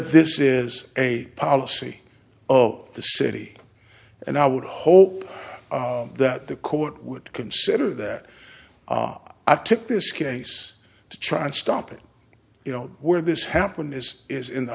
this is a policy of the city and i would hope that the court would consider that i took this case to try and stop it you know where this happen is is in the